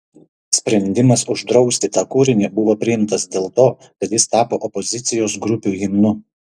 sprendimas uždrausti tą kūrinį buvo priimtas dėl ko kad jis tapo opozicijos grupių himnu